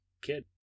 kid